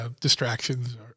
Distractions